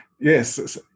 Yes